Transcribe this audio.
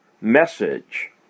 message